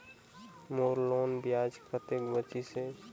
मोर loan ब्याज कतेक चलही?